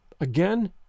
Again